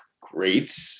great